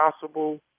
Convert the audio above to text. possible